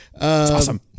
awesome